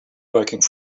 working